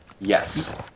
Yes